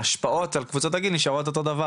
ההשפעות על קבוצות הגיל נשארות אותו דבר.